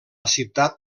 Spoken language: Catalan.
ciutat